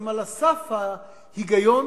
על סף ההיגיון